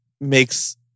makes